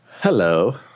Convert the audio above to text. hello